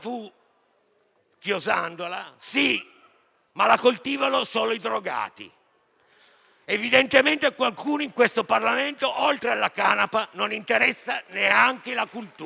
risposta fu «Sì, ma la coltivano solo i drogati». Evidentemente a qualcuno in questo Parlamento, oltre alla canapa, non interessa neanche la cultura.